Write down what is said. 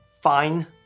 fine